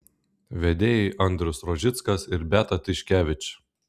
vedėjai andrius rožickas ir beata tiškevič